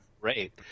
great